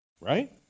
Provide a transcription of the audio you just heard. Right